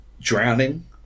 drowning